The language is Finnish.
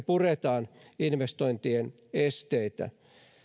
puretaan investointien esteitä